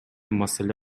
маселе